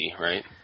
right